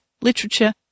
literature